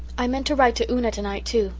i meant to write to una tonight, too,